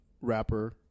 rapper